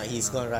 no